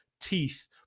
teeth